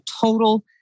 total